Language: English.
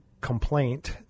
complaint